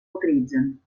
utilitzen